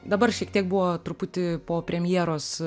dabar šiek tiek buvo truputį po premjeros